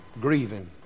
grieving